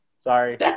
sorry